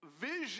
Vision